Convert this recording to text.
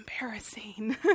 embarrassing